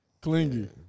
clingy